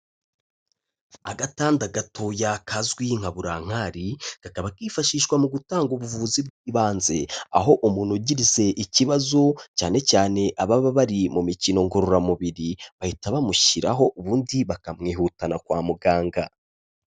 Agatanda gatoya kazwi nka burankari, kakaba kifashishwa mu gutanga ubuvuzi bw'ibanze, aho umuntu ugize ikibazo cyane cyane ababa bari mu mikino ngororamubiri, bahita bamushyiraho ubundi bakamwihutana kwa muganga.